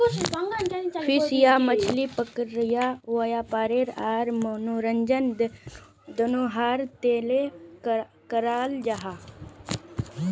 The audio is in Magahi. फिशिंग या मछली पकड़ना वयापार आर मनोरंजन दनोहरार तने कराल जाहा